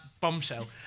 bombshell